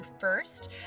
first